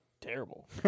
Terrible